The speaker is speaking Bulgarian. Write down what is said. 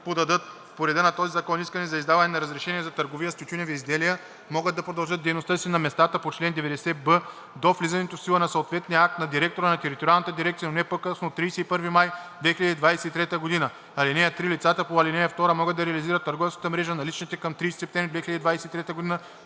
подадат по реда на този закон искане за издаване на разрешение за търговия с тютюневи изделия, могат да продължат дейността си на местата по чл. 90б до влизането в сила на съответния акт на директора на териториалната дирекция, но не по късно от 31 май 2023 г. (3) Лицата по ал. 2 могат да реализират в търговската мрежа наличните към 30 септември 2023 г.